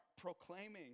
proclaiming